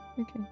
Okay